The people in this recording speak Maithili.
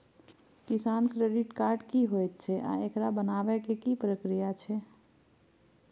किसान क्रेडिट कार्ड की होयत छै आ एकरा बनाबै के की प्रक्रिया छै?